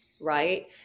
Right